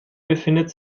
befindet